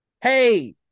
hey